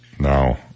No